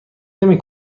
نمی